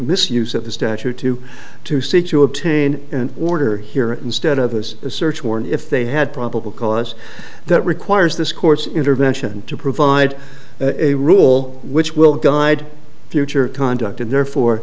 misuse of the statute to to seek to obtain an order here instead of has a search warrant if they had probable cause that requires this court's intervention to provide a rule which will guide future conduct and therefore